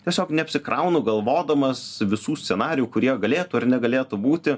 tiesiog neapsikraunu galvodamas visų scenarijų kurie galėtų ar negalėtų būti